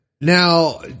Now